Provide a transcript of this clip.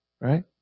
right